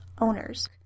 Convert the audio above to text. owners